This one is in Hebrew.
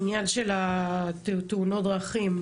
תאונות הדרכים,